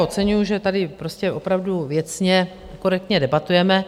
Oceňuji, že tady prostě opravdu věcně a korektně debatujeme.